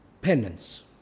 penance